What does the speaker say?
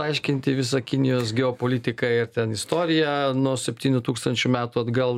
aiškinti visą kinijos geopolitiką ir ten istoriją nuo septynių tūkstančių metų atgal